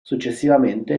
successivamente